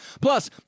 Plus